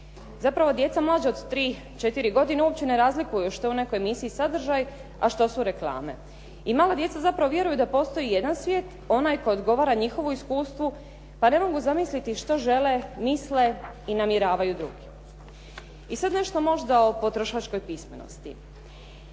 Zapravo djeca mlađa od 3, 4 godine uopće ne razlikuje što je u nekoj emisiji sadržaj, a što su reklame. I mala djeca zapravo vjeruju da postoji jedan svijet, onaj koji odgovara njihovu iskustvu pa ne mogu zamisliti što žele, misle i namjeravaju drugi. I sad nešto možda o potrošačkoj pismenosti.